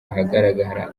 ahagaragara